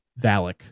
Valak